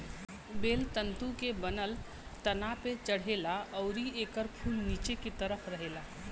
बेल तंतु के बनल तना पे चढ़ेला अउरी एकर फूल निचे की तरफ रहेला